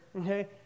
okay